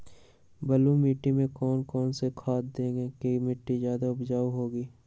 बलुई मिट्टी में कौन कौन से खाद देगें की मिट्टी ज्यादा उपजाऊ होगी?